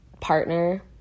partner